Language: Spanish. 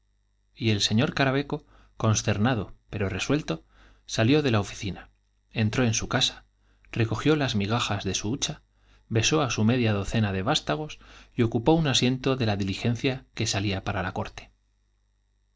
y el sr caraveco consternado pero resuelto salió de la oficina entró en su casa recogió las migajas de su hucha besó á su media docena de vástagos y ocupó un asiento de la diligencia que salía para la corte